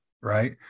right